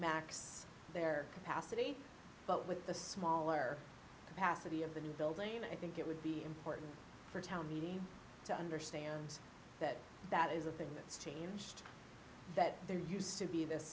max their capacity but with the smaller passerby of the new building i think it would be important for a town meeting to understand that that is a thing that's changed that there used to be this